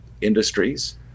industries